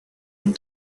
and